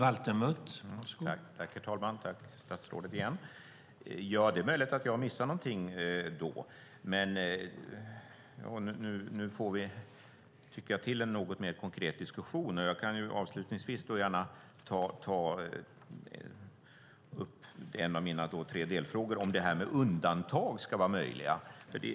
Herr talman! Tack igen, statsrådet. Det är möjligt att jag har missat någonting. Nu får vi en lite mer konkret diskussion. Jag kan avslutningsvis ta upp en av mina tre delfrågor om huruvida undantag ska vara möjliga.